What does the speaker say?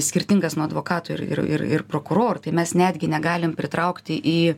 skirtingas nuo advokatų ir ir ir prokurorų tai mes netgi negalim pritraukti į